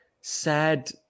sad